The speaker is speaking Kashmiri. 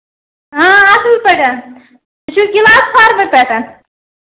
آ اَصٕل پٲٹھۍ تُہۍ چھُو گلاس فارم پٮ۪ٹھ